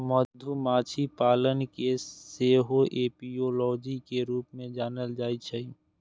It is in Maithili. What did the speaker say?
मधुमाछी पालन कें सेहो एपियोलॉजी के रूप मे जानल जाइ छै